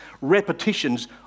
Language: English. repetitions